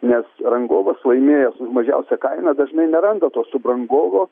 nes rangovas laimėjęs už mažiausią kainą dažnai neranda to subrangovo